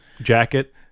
jacket